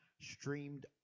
streamed